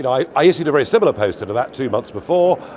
and i i issued a very similar poster to that two months before,